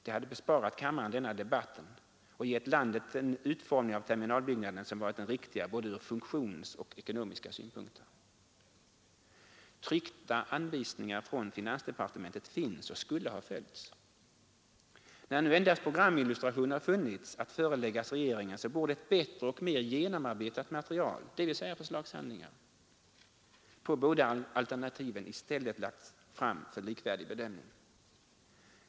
Det hade besparat kammaren denna debatt och givit landet den utformning av terminalbyggnaden som varit den riktiga både ur funktionssynpunkt och ur ekonomiska synpunkter. Tryckta anvisningar från finansdepartementet finns och skulle ha följts. När nu endast programillustrationer funnits att föreläggas regeringen borde ett bättre och mer genomarbetat material, dvs. förslagshandlingar, rörande båda alternativen i stället ha lagts fram för likvärdig bedömning.